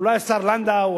אולי השר לנדאו,